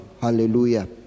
Hallelujah